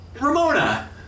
Ramona